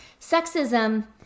sexism